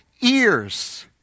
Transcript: ears